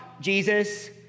Jesus